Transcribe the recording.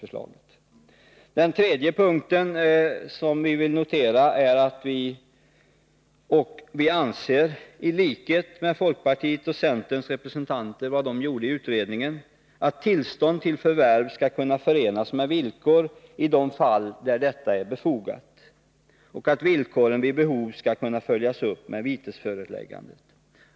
För det tredje anser vi, i likhet med vad folkpartiet och centerns representanter ansåg i utredningen, att tillstånd till förvärv skall kunna förenas med villkor i de fall där så är befogat och att villkoren vid behov skall kunna följas upp med vitesföreläggande.